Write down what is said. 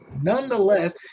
nonetheless